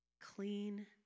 Clean